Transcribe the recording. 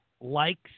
likes